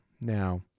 Now